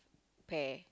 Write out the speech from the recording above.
pair